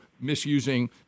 misusing